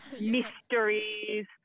mysteries